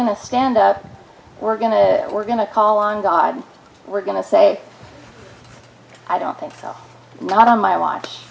going to stand up we're going to we're going to call on god we're going to say i don't think so not on my watch